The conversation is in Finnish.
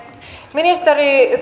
ministeri